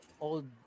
old